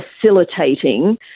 facilitating